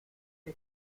que